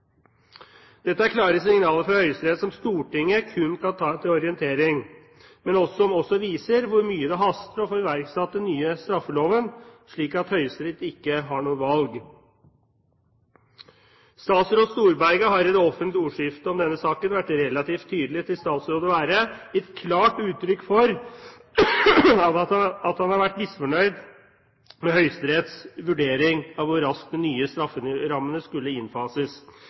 Dette er klare signaler fra Høyesterett som Stortinget kun kan ta til orientering, men som også viser hvor mye det haster med å få iverksatt den nye straffeloven, slik at Høyesterett ikke har noe valg. Statsråd Storberget har i det offentlige ordskiftet om denne saken vært relativt tydelig til statsråd å være og gitt klart uttrykk for at han har vært misfornøyd med Høyesteretts vurdering av hvor raskt de nye strafferammene skulle innfases.